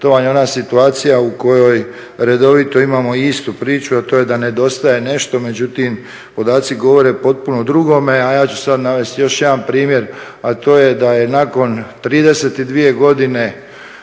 vam je ona situacija u kojoj redovito imamo istu priču, a to je da nedostaje nešto, međutim podaci govore potpuno drugo, a ja ću sada navesti još jedan primjer, a to je da je nakon 32 godine,